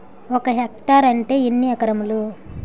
ఒక హెక్టార్ అంటే ఎన్ని ఏకరములు?